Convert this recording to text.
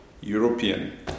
European